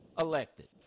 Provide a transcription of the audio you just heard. elected